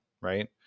right